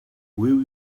will